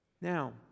Now